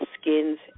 skin's